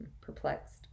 perplexed